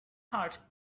heart